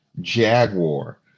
jaguar